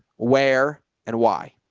where and why?